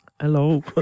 hello